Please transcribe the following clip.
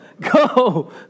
go